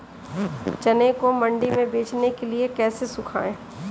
चने को मंडी में बेचने के लिए कैसे सुखाएँ?